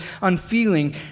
unfeeling